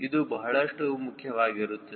ಇದು ಬಹಳಷ್ಟು ಮುಖ್ಯವಾಗಿರುತ್ತದೆ